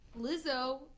Lizzo